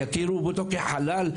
יכירו בו כחלל,